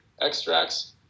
extracts